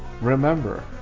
Remember